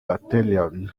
battalion